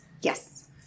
Yes